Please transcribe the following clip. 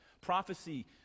Prophecy